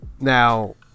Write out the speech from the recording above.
now